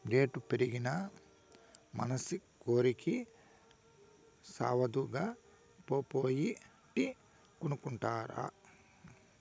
రేట్లు పెరిగినా మనసి కోరికి సావదుగా, పో పోయి టీ కొనుక్కు రా